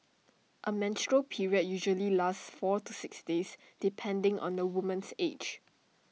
A menstrual period usually lasts four to six days depending on the woman's age